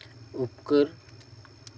ᱩᱯᱠᱟᱹᱨ